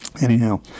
Anyhow